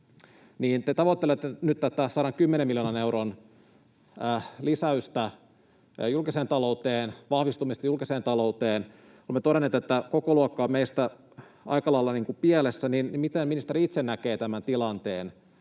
Te tavoittelette nyt tätä 110 miljoonan euron lisäystä julkiseen talouteen, vahvistusta julkiseen talouteen. Olemme todenneet, että kokoluokka on meistä aika lailla pielessä. Miten ministeri itse näkee tämän tilanteen,